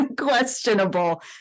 questionable